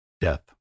death